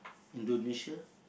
Indonesia